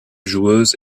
joueuse